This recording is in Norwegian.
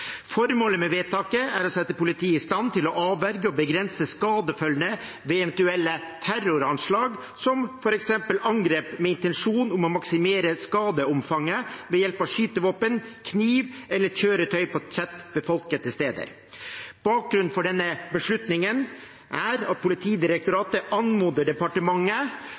Formålet med vedtaket er å sette politiet i stand til å avverge og begrense skadefølgene ved eventuelle terroranslag, som f.eks. angrep med intensjon om å maksimere skadeomfanget ved hjelp av skytevåpen, kniv eller kjøretøy på tett befolkede steder. Bakgrunnen for denne beslutningen er at Politidirektoratet anmoder departementet